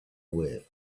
away